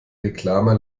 reklame